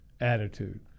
attitude